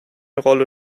rolle